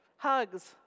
Hugs